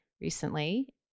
recently